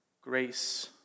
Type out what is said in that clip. Grace